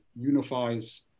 unifies